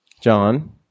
John